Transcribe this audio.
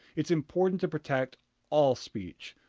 it is important to protect all speech.